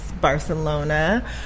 barcelona